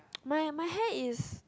my my hair is